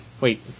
Wait